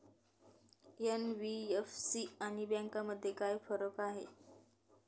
NBFC आणि बँकांमध्ये काय फरक आहे?